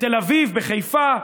בתל אביב, בחיפה,